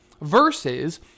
versus